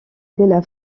della